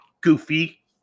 goofy